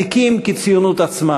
עתיקים כציונות עצמה.